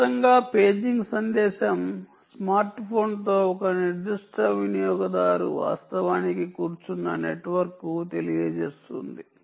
స్పష్టంగా పేజింగ్ సందేశం స్మార్ట్ ఫోన్తో ఒక నిర్దిష్ట వినియోగదారు వాస్తవానికి కూర్చున్న నెట్వర్క్కు తెలియజేస్తుంది